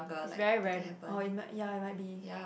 it's very rare though oh it m~ ya it might be